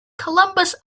columbus